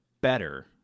better